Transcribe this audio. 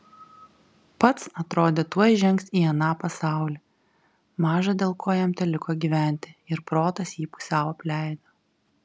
pats atrodė tuoj žengs į aną pasaulį maža dėl ko jam teliko gyventi ir protas jį pusiau apleido